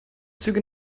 züge